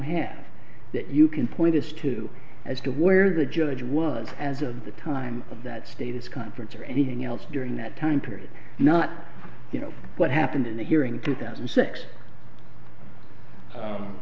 have that you can point us to as to where the judge was as of the time of that status conference or anything else during that time period not you know what happened in the hearing two thousand